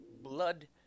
blood